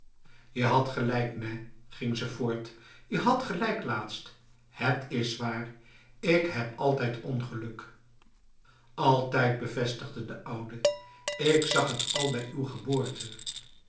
je had gelijk nèhf ging ze voort je had gelijk laatst het is waar ik heb altijd ongeluk altijd bevestigde de oude ik zag het al bij uw geboorte